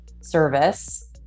service